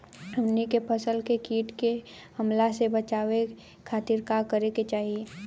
हमनी के फसल के कीट के हमला से बचावे खातिर का करे के चाहीं?